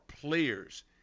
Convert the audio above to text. players